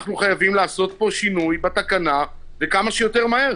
אנחנו חייבים לעשות כאן שינוי בתקנה וכמה שיותר מהר.